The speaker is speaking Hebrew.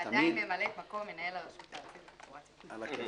ועדיין ממלאת מקום מנהל הרשות הארצית לתחבורה ציבורית.